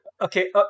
Okay